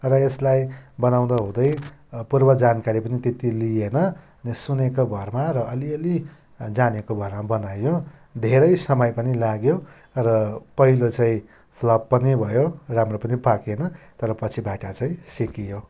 र यसलाई बनाउँदा हुँदै पूर्व जानकारी पनि त्यत्ति लिइएन अनि सुनेको भरमा र अलिअलि जानेको भरमा बनायौँ धेरै समय पनि लाग्यो र पहिलो चाहिँ फ्लप पनि भयो राम्रो पनि पाकेन तर पछिबाट चाहिँ सिकियो